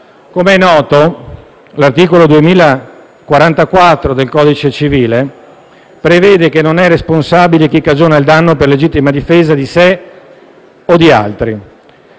Com'è noto, l'articolo 2044 del codice civile prevede che non è responsabile chi cagiona il danno per legittima difesa di sé o di altri.